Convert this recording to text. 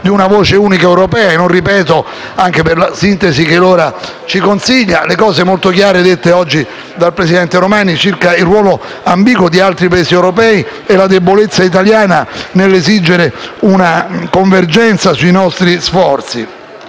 di una voce unica europea, e non ripeto le cose molto chiare dette oggi dal presidente Romani circa il ruolo ambiguo di altri Paesi europei e la debolezza italiana nell'esigere una convergenza sui nostri sforzi.